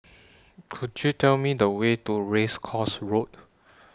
Could YOU Tell Me The Way to Race Course Road